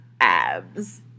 abs